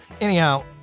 anyhow